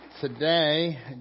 Today